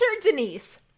Denise